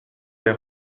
les